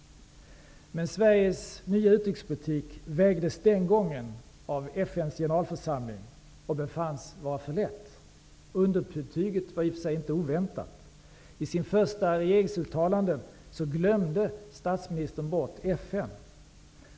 Men Sveriges nya utrikespolitik vägdes den gången av FN:s generalförsamling och befanns vara för lätt. Underbetyget var i och för sig inte oväntat. I sina första regeringsuttalanden ''glömde'' statsministern bort FN.